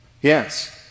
Yes